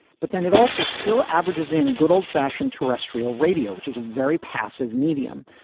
but then it also still averages in good old fashioned terrestrial radio, which is a very passive medium.